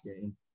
game